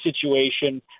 situation